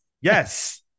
Yes